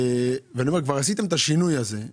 אם כבר עשיתם את השינוי הזה,